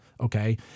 Okay